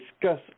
discuss